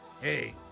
Hey